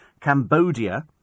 Cambodia